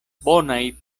bonaj